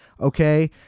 okay